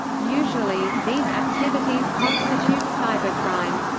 usually, these activities constitute cybercrime.